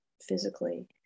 physically